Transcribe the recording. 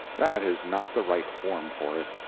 that is not the right form for it.